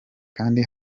kandi